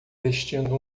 vestindo